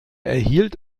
erhielt